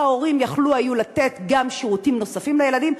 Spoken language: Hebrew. וההורים יכלו לתת גם שירותים נוספים לילדים.